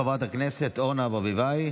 חברת הכנסת אורנה ברביבאי.